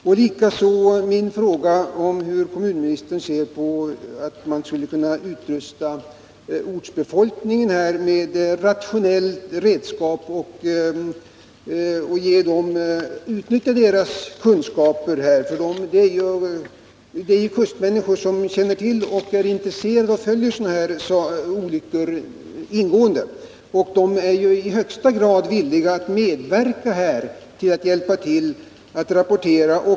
Jag ville också veta hur kommunministern ser på förslaget att man skall utrusta ortsbefolkningen med rationella redskap och utnyttja deras kunskaper. Kustmänniskorna är intresserade och följer olyckorna ingående. De är villiga att hjälpa till med rapporteringen.